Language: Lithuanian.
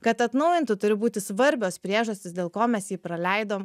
kad atnaujintų turi būti svarbios priežastys dėl ko mes jį praleidom